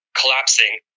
collapsing